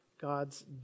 God's